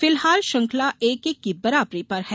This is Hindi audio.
फिलहाल श्रृंखला एक एक की बराबरी पर है